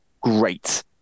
great